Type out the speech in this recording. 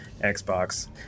Xbox